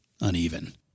uneven